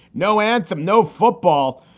no anthem, no football.